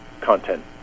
content